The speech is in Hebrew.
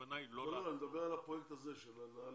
הכוונה היא לא ל --- אני מדבר על הפרויקט הזה של נעל"ה.